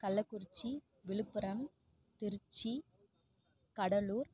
Kallakurichi Villupuram Trichy Cuddalore